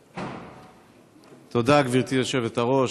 תודה, גברתי היושבת-ראש.